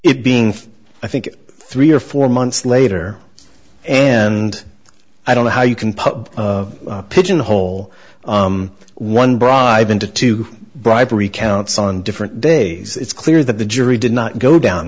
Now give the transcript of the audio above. it being i think three or four months later and i don't know how you can pub pigeon hole one bribe into two bribery counts on different days it's clear that the jury did not go down